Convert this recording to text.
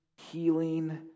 healing